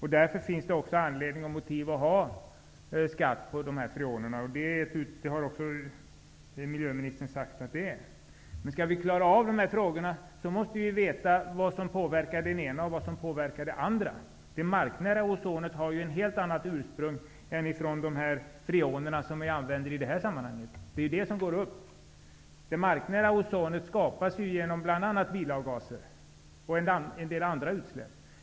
Därför finns det också anledning och motiv att ha en skatt på dessa freoner. Det har även miljöministern sagt. Men skall vi klara de här frågorna måste vi veta vad som påverkar det ena och vad som påverkar det andra. Det marknära ozonet har ett helt annat ursprung än de freoner som vi använder i det sammanhang som vi nu talar om. Det är det som går upp. Det marknära ozonet skapas bl.a. genom bilavgaser och en del andra utsläpp.